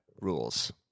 rules